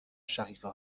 شقیقه